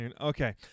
okay